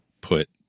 put